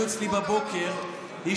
אצלי בבוקר,